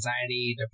anxiety